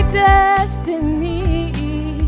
destiny